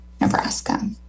Nebraska